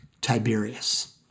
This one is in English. Tiberius